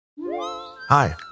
Hi